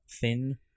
thin